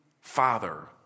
Father